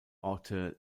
orte